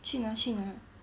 去拿去拿